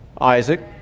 Isaac